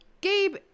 Gabe